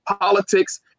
Politics